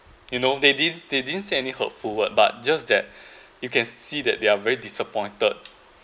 you know they didn't they didn't say any hurtful word but just that you can see that they are very disappointed